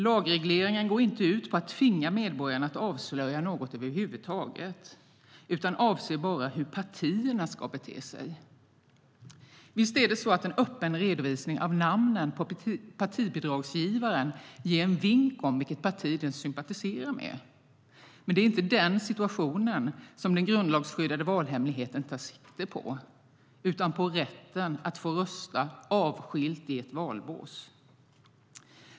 Lagregleringen går inte ut på att tvinga medborgarna att avslöja någonting över huvud taget, utan avser bara hur partierna ska bete sig. Visst är det så att en öppen redovisning av namnen på partibidragsgivarna ger en vink om vilket parti de sympatiserar med. Men det är inte den situationen som den grundlagsskyddade valhemligheten tar sikte på utan på rätten att få rösta avskilt i ett valbås.